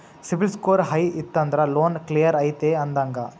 CIBIL score high ಇತ್ತಂದ್ರ loan clear ಐತಿ ಅಂದಂಗ